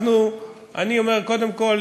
אני אומר, קודם כול